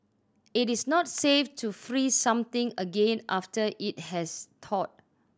it is not safe to freeze something again after it has thawed